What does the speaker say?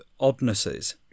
oddnesses